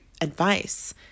advice